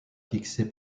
fixée